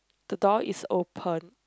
the door is open